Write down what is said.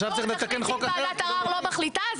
ועדת ערער לא מחליטה,